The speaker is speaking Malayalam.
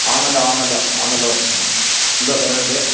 ആണല്ലോ ആണല്ലോ ആണല്ലോ എന്താ സാറേ വേണ്ടിയേ